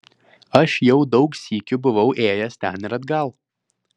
aš jau daug sykių buvau ėjęs ten ir atgal